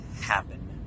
happen